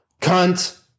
Cunt